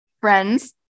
friends